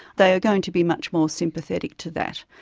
they are going to be much more sympathetic to that.